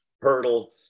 Hurdle